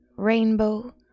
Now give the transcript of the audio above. rainbow